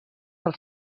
del